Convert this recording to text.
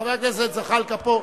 חבר הכנסת זחאלקה פה.